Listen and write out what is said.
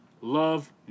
Love